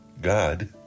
God